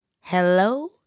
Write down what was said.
Hello